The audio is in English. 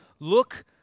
Look